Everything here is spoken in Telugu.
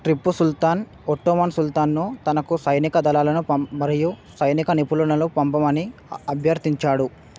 టిప్పు సుల్తాన్ ఒట్టోవాన్ సుల్తాన్ను తనకు సైనిక దళాలను పంపి మరియు సైనిక నిపుణులను పంపమని అభ్యర్థించాడు